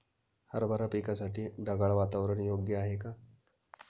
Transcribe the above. हरभरा पिकासाठी ढगाळ वातावरण योग्य आहे का?